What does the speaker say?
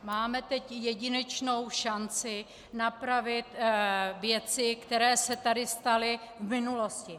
Máme teď jedinečnou šanci napravit věci, které se tady staly v minulosti.